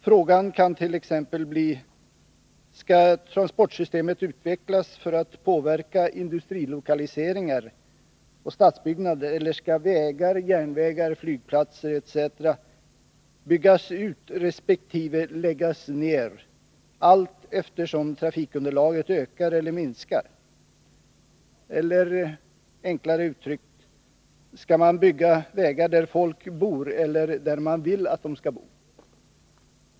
Frågan kan t.ex. bli: Skall transportsystemet utvecklas för att påverka industrilokaliseringar och stadsbyggnad, eller skall vägar, järvägar, flygplatser etc. byggas ut resp. läggas ned allteftersom trafikunderlaget ökar eller minskar? Eller enklare uttryckt: Skall man bygga vägar där folk bor eller där man vill att de skall bo?